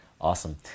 Awesome